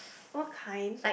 what kind